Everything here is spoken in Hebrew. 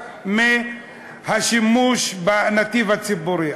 מהשימוש בנתיב הציבורי,